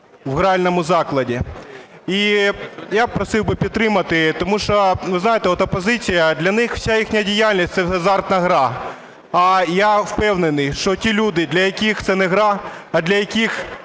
в гральному закладі. І я просив би підтримати. Тому що, ви знаєте, от опозиція, для них вся їхня діяльність – це азартна гра. А я впевнений, що ті люди, для яких це не гра, а для яких